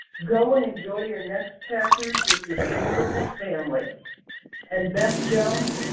go and enjoy your next chapters with your beautiful family and beth jones,